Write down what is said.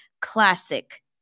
Classic